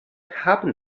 happened